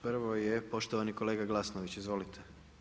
Prvo je poštovani kolega Glasnović, izvolite.